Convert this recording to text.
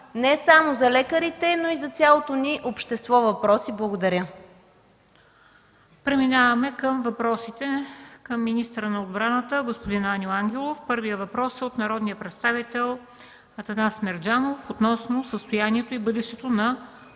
не само за лекарите, но и за цялото ни общество въпроси. Благодаря. ПРЕДСЕДАТЕЛ МЕНДА СТОЯНОВА: Преминаваме към въпросите към министъра на отбраната господин Аню Ангелов. Първият въпрос е от народния представител Атанас Мерджанов относно състоянието и бъдещето на